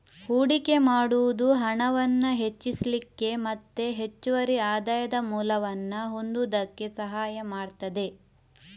ಹೂಡಿಕೆ ಮಾಡುದು ಹಣವನ್ನ ಹೆಚ್ಚಿಸ್ಲಿಕ್ಕೆ ಮತ್ತೆ ಹೆಚ್ಚುವರಿ ಆದಾಯದ ಮೂಲವನ್ನ ಹೊಂದುದಕ್ಕೆ ಸಹಾಯ ಮಾಡ್ತದೆ